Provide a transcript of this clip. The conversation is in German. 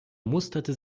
musterte